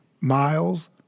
Miles